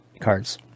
cards